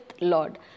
lord